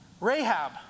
Rahab